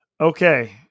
Okay